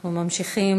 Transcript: אנחנו ממשיכים